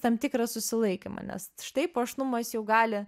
tam tikrą susilaikymą nes štai puošnumas jau gali